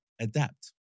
adapt